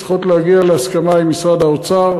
צריך להגיע להסכמה עם משרד האוצר.